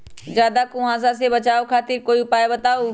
ज्यादा कुहासा से बचाव खातिर कोई उपाय बताऊ?